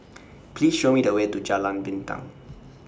Please Show Me The Way to Jalan Pinang